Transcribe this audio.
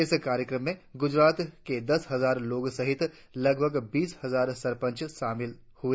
इस कार्यक्रम में गुजरात के दस हजार लोगों सहित लगभग बीस हजार सरपंच शामिल हुए